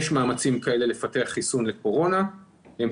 יש מאמצים כאלה לפתח חיסון לקורונה והם